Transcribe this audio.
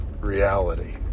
reality